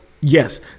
yes